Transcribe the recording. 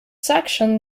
section